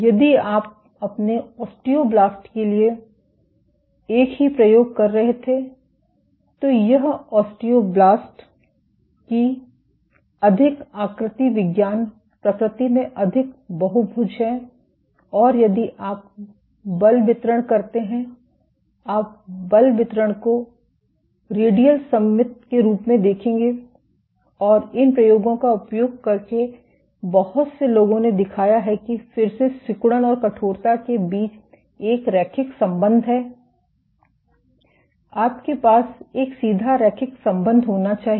यदि आप अपने ओस्टियोब्लास्ट के लिए एक ही प्रयोग कर रहे थे तो यह एक ओस्टियोब्लास्ट की अधिक आकृति विज्ञान प्रकृति में अधिक बहुभुज हैं और यदि आप बल वितरण करते हैं आप बल वितरण को रेडियल सममित के रूप में देखेंगे और इन प्रयोगों का उपयोग करके बहुत से लोगों ने दिखाया है कि फिर से सिकुड़न और कठोरता के बीच एक रैखिक संबंध है आपके पास एक सीधा रैखिक संबंध होना चाहिए